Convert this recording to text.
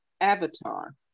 Avatar